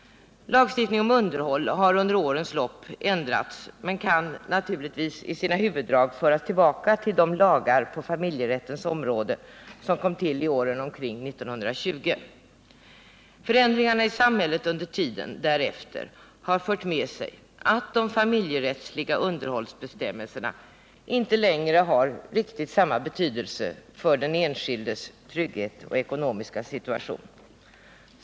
Lagstiftningen om underhåll har under årens lopp ändrats men kan i sina huvuddrag föras tillbaka till de lagar på familjerättens område som kom till omkring 1920. Förändringarna i samhället under tiden därefter har fört med sig att de familjerättsliga underhållsbestämmelserna inte längre har riktigt samma betydelse för den enskildes trygghet och ekonomiska situation.